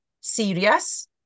serious